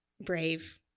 brave